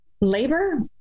labor